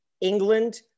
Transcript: England